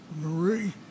Marie